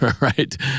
right